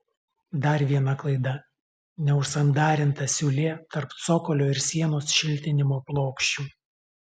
dar viena klaida neužsandarinta siūlė tarp cokolio ir sienos šiltinimo plokščių